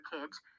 kids